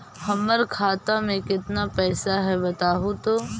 हमर खाता में केतना पैसा है बतहू तो?